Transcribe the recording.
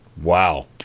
Wow